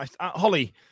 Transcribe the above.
Holly